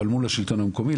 אבל מול השלטון המקומי,